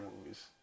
movies